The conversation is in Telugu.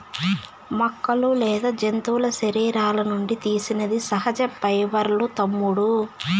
మొక్కలు లేదా జంతువుల శరీరాల నుండి తీసినది సహజ పైబర్లూ తమ్ముడూ